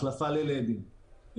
החלפה ללדים,